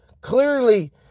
clearly